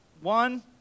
One